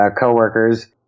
coworkers